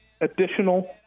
additional